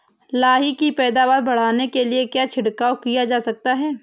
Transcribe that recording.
लाही की पैदावार बढ़ाने के लिए क्या छिड़काव किया जा सकता है?